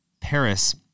Paris